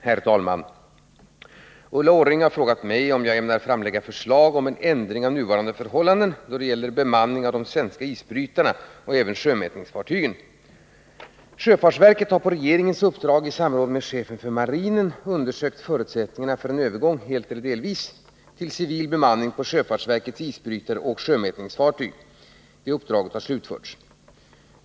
Herr talman! Ulla Orring har frågat mig om jag ämnar framlägga förslag om en ändring av nuvarande förhållande då det gäller bemanning av de svenska isbrytarna och även sjömätningsfartygen. Sjöfartsverket har på regeringens uppdrag i samråd med chefen för marinen undersökt förutsättningarna för en övergång — helt eller delvis — till civil bemanning på sjöfartsverkets isbrytare och sjömätningsfartyg. Uppdraget har slutförts.